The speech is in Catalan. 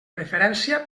preferència